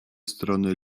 strony